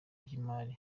by’imari